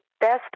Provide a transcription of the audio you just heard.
best